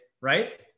right